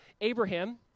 Abraham